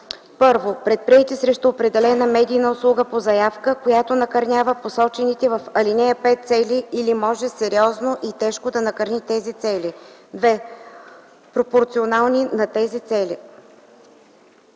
са: 1. предприети срещу определена медийна услуга по заявка, която накърнява посочените в ал. 5 цели или може сериозно и тежко да накърни тези цели; 2. пропорционални на тези цели.”